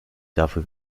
dafür